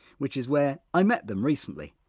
which is where i met them recently.